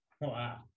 Wow